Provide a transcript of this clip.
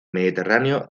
mediterráneo